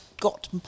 got